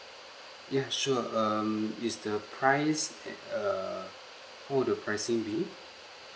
ya sure um is the price uh what would the pricing be